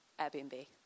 Airbnb